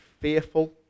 fearful